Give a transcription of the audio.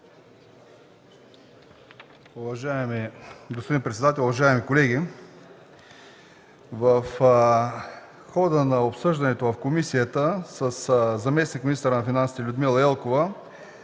(ГЕРБ): Господин председател, уважаеми колеги! В хода на обсъждането в комисията със заместник-министъра на финансите Людмила Елкова